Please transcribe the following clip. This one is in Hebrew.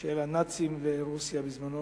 של הנאצים לרוסיה בזמנו.